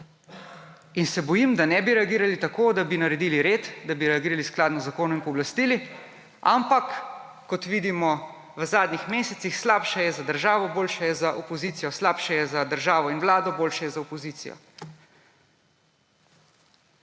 se, da ne bi reagirali tako, da bi naredili red, da bi reagirali skladno z zakonom in pooblastili. Ampak, kot vidimo v zadnjih mesecih, slabše je za državo, boljše je za opozicijo, slabše je za državo in Vlado, boljše je za opozicijo.